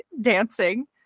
dancing